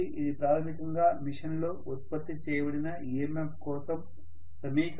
కాబట్టి ఇది ప్రాథమికంగా మెషిన్లో ఉత్పత్తి చేయబడిన EMF కోసం సమీకరణాన్ని ఇస్తుంది